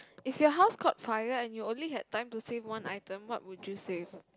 if your house caught fire and you only had time to save one item what would you save